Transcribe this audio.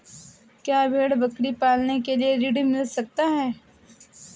क्या भेड़ बकरी पालने के लिए ऋण मिल सकता है?